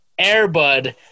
Airbud